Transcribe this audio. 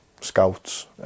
scouts